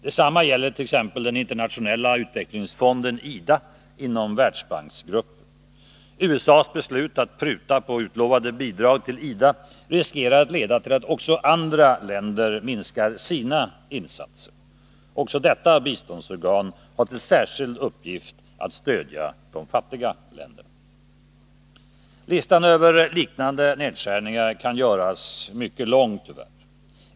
Detsamma gäller t.ex. den internationella utvecklingsfonden IDA inom Världsbanken. USA:s beslut att pruta på utlovade bidrag till IDA riskerar att leda till att också andra länder minskar sina insatser. Också detta biståndsorgan har till särskild uppgift att stödja de fattigaste länderna. Listan över liknande nedskärningar kan göras mycket lång, tyvärr.